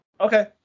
Okay